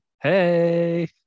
Hey